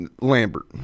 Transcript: Lambert